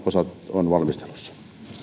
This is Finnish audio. on valmistelussa